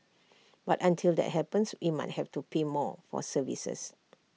but until that happens we might have to pay more for services